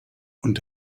und